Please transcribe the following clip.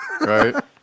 right